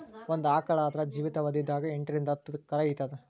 ಒಂದ್ ಆಕಳ್ ಆದ್ರ ಜೀವಿತಾವಧಿ ದಾಗ್ ಎಂಟರಿಂದ್ ಹತ್ತ್ ಕರಾ ಈತದ್